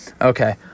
okay